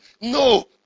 No